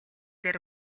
дээр